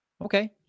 Okay